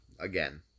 again